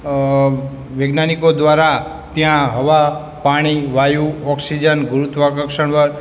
વૈજ્ઞાનિકો દ્વારા ત્યાં હવા પાણી વાયુ ઑક્સિજન ગુરુત્ત્વાકર્ષણ બળ